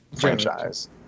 franchise